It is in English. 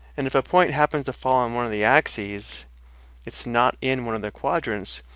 and if a point happens to fall on one of the axis it's not in one of the quadrants,